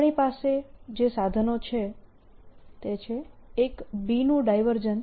આપણી પાસે જે સાધનો છે તે છે એક B નું ડાયવર્જન્સ